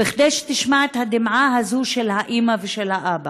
כדי שתשמע את הדמעה הזאת של האימא ושל האבא?